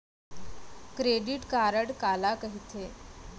Credit card काला कहिथे?